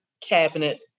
cabinet